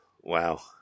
Wow